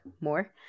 more